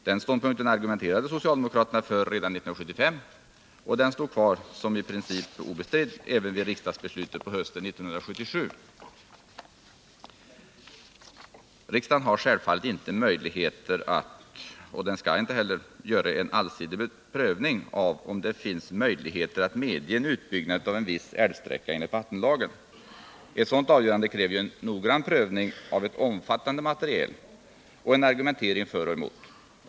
Den ståndpunkten argumenterade socialdemokraterna för redan 1975, och den stod kvar som i princip obestridd även vid riksdagsbeslutet hösten 1977. Riksdagen har självfallet inte möjligheter att — och skall inte heller — göra en allsidig prövning av om det finns möjligheter att medge utbyggnad av en viss älvsträcka enligt vattenlagen. Ett sådant avgörande kräver en noggrann prövning av ett omfattande material och en argumentering för eller emot.